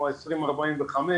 זה ב-20:45,